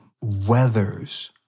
weathers